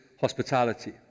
hospitality